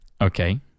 Okay